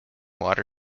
water